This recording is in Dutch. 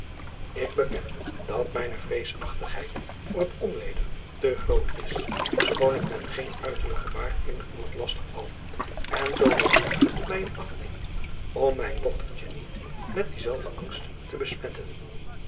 ik beken dat mijne vreesachtigheid voor het onweder te groot is schoon ik met geen uiterlijk gebaar immer iemand lastig val en zooveel doenlijk mij in acht neem om mijn dochtertje niet met dienzelfden angst te besmetten